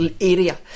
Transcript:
area